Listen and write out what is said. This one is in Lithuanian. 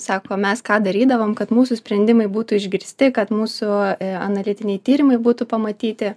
sako mes ką darydavom kad mūsų sprendimai būtų išgirsti kad mūsų analitiniai tyrimai būtų pamatyti